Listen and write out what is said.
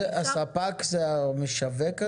הספק זה המשווק?